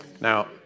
Now